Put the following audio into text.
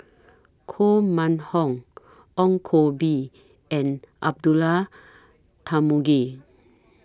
Koh Mun Hong Ong Koh Bee and Abdullah Tarmugi